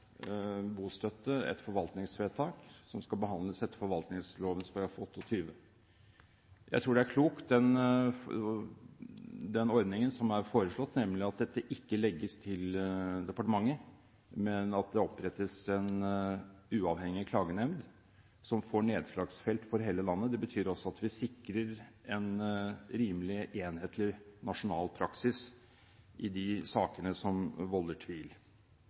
bostøtte et forvaltningsvedtak som skal behandles etter forvaltningsloven § 28. Jeg tror den er klok den ordningen som er foreslått, nemlig at dette ikke legges til departementet, men at det opprettes en uavhengig klagenemnd som får nedslagsfelt for hele landet. Det betyr også at vi sikrer en rimelig enhetlig nasjonal praksis i de sakene som volder tvil.